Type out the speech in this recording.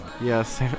Yes